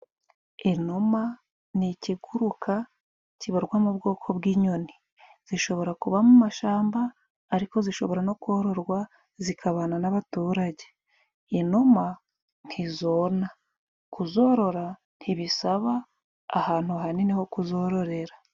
Inuma ni ikiguruka kibarwa mu bwoko bw'inyoni, zishobora kuba mu mashamba ariko zishobora no kororwa zikabana n'abaturage, inuma ntizona kuzorora ntibisaba ahantu hanini ho kuzororera.